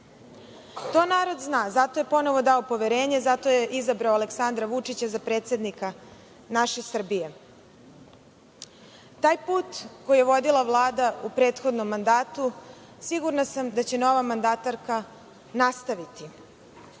To narod zna i zato je ponovo dao poverenje i zato je izabrao Aleksandra Vučića za predsednika naše Srbije. Taj put koji je vodila Vlada u prethodnom mandatu sigurna sam da će nova mandatarka nastaviti.